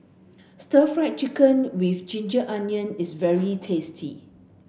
stir fry chicken with ginger onion is very tasty